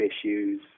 issues